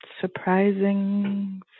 Surprising